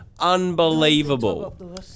Unbelievable